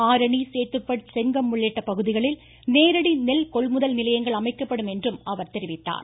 ஆரணி சேத்துப்பட் செங்கம் உள்ளிட்ட பகுதிகளில் நேரடி நெல் கொள்முதல் நிலையங்கள் அமைக்கப்படும் என்றும் அவர் தெரிவித்தார்